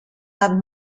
not